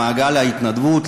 למעגל ההתנדבות,